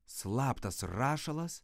slaptas rašalas